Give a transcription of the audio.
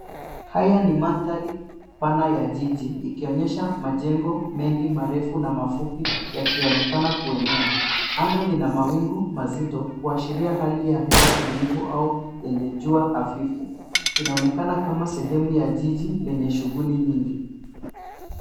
Haya ni mandhari pana ya jiji ikionyesha majengo mengi marefu na mafupi yakionekana kuenea .Anga lina mawingu mazito kuashiria hali ya hewa tulivu au yenye jua hafifu. Inaonekana kama sehemu ya jiji yenye shughuli nyingi.